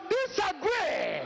disagree